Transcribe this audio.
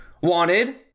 Wanted